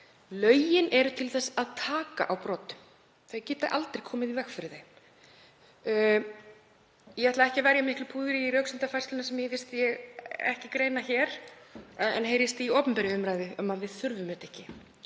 Lögin eru til þess að taka á brotum. Þau geta aldrei komið í veg fyrir þau. Ég ætla ekki að eyða miklu púðri í röksemdafærsluna, sem mér finnst ég ekki greina hér en heyrist í opinberri umræðu, um að við þurfum þetta ekki.